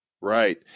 Right